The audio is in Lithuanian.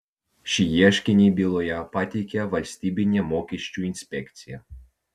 šį ieškinį byloje pateikė valstybinė mokesčių inspekcija